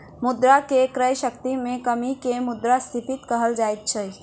मुद्रा के क्रय शक्ति में कमी के मुद्रास्फीति कहल जाइत अछि